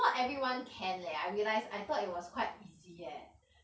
not everyone can leh I realise I thought it was quite easy eh